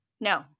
No